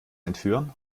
entführen